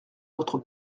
notre